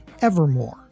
Evermore